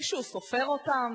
מישהו סופר אותן?